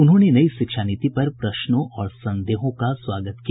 उन्होंने नई शिक्षा नीति पर प्रश्नों और संदेहों का स्वागत किया